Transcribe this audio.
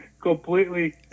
completely